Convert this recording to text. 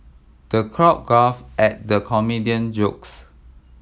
the crowd guffawed at the comedian jokes